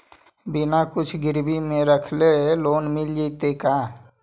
बिना कुछ गिरवी मे रखले लोन मिल जैतै का?